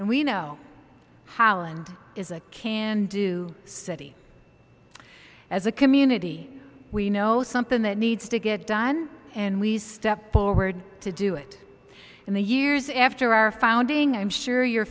and we know holland is a can do city as a community we know something that needs to get done and we step forward to do it in the years after our founding i'm sure you're